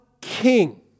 King